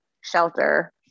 shelter